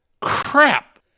crap